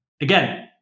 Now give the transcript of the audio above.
again